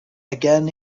again